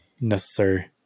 Necessary